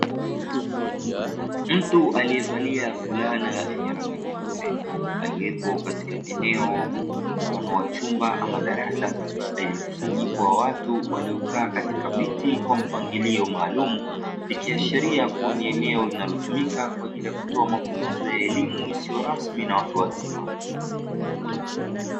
Mtu alievalia fulana yenye rangi nyeupe aliepo katika eneo mfano wa chumba ama darasa lenye mkusanyiko wa watu waliokaa katika viti vya mpangilio maalum, ikiashiria kua ni eneo linalotumika kwa ajili ya kutoa mafunzo ya elimu isiyo rasmi na watu wazima.